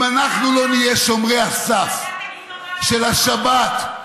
אם אנחנו לא נהיה שומרי הסף של השבת,